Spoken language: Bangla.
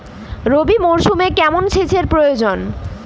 রবি মরশুমে কেমন সেচের প্রয়োজন?